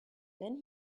then